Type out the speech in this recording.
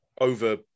over